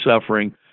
suffering